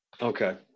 Okay